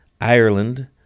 Ireland